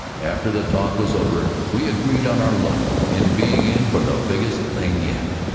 after the talk was over we agreed on our luck in being in for the biggest thing yet.